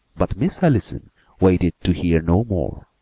but miss allison waited to hear no more.